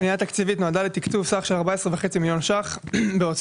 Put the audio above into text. הפנייה התקציבית נועדה לתקצוב סך של 14.5 מיליון ₪ בהוצאה